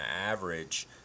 average